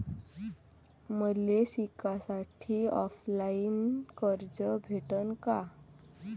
मले शिकासाठी ऑफलाईन कर्ज भेटन का?